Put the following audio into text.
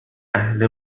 اهل